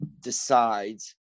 decides